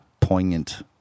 poignant